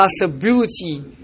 possibility